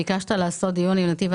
ביקשת לעשות דיון עם נתיב העשרה.